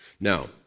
Now